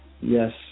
Yes